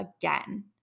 again